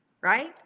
right